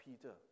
Peter